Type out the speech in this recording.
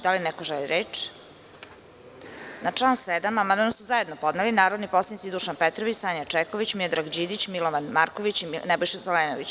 Da li neko želi reč? (Ne) Na član 7. amandman su zajedno podneli narodni poslanici Dušan Petrović, Sanja Čeković, Miodrag Đidić, Milovana Marković i Nebojša Zelenović.